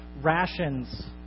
rations